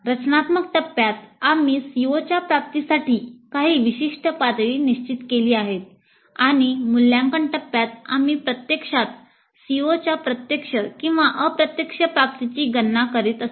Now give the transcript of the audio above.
रचनात्मक टप्प्यात आम्ही COच्या प्राप्तीसाठी काही विशिष्ट पातळी निश्चित केली आहेत आणि मूल्यांकन टप्प्यात आम्ही प्रत्यक्षात COच्या प्रत्यक्ष किंवा अप्रत्यक्ष प्राप्तीची गणना करीत असतो